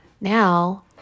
now